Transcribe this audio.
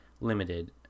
limited